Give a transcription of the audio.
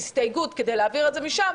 כהסתייגות כדי להעביר את זה משם,